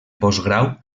postgrau